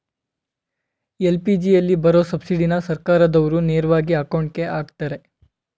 ಎಲ್.ಪಿ.ಜಿಯಲ್ಲಿ ಬರೋ ಸಬ್ಸಿಡಿನ ಸರ್ಕಾರ್ದಾವ್ರು ನೇರವಾಗಿ ಅಕೌಂಟ್ಗೆ ಅಕ್ತರೆ